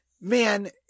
man